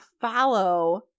follow